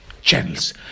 channels